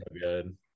good